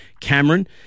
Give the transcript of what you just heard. Cameron